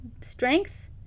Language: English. strength